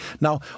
Now